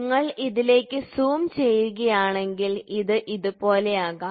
നിങ്ങൾ ഇതിലേക്ക് സൂം ചെയ്യുകയാണെങ്കിൽ ഇത് ഇതുപോലെയാകാം